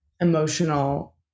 emotional